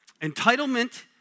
Entitlement